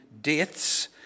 deaths